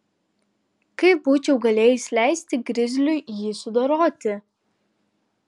kaip būčiau galėjusi leisti grizliui jį sudoroti